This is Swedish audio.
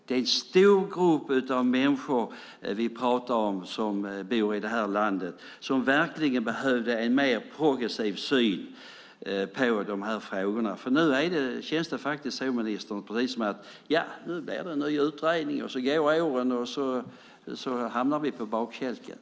Det är en stor grupp människor vi pratar om som bor i det här landet, och för dem behövs en mer progressiv syn på de här frågorna. Nu känns det, ministern, som att nu blir det en ny utredning, åren går och vi hamnar på efterkälken.